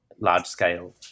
large-scale